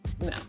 No